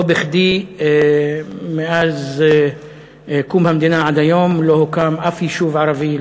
לא בכדי מאז קום המדינה ועד היום לא הוקם אף יישוב ערבי,